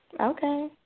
Okay